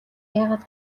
яагаад